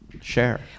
share